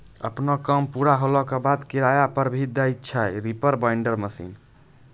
आपनो काम पूरा होला के बाद, किराया पर भी दै छै रीपर बाइंडर मशीन